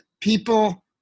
people